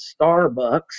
Starbucks